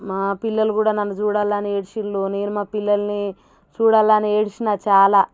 మా పిల్లలు కూడా నన్ను చూడాలని ఏడ్చిచారు నేను మా పిల్లల్ని చూడాలని ఏడ్చిచాను చాలా